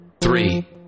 three